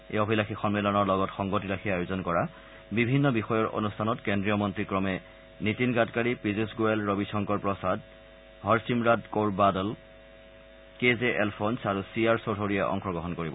এই অভিলাসী সম্মিলনৰ লগত সংগতি ৰাখি আয়োজন কৰা বিভিন্ন বিষয়ৰ অনুষ্ঠানত কেন্দ্ৰীয় মন্ত্ৰী ক্ৰমে নীতিন গাডকাৰী পীয়ুষ গোৱেল ৰবিশংকৰ প্ৰসাদ হৰছিমৰাট কৌৰ বাদল কে জে এলফোনছ আৰু চি আৰ চৌধুৰীয়ে অংশগ্ৰহণকৰিব